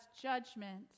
judgment